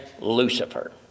Lucifer